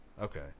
Okay